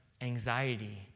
Anxiety